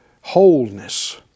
wholeness